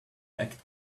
act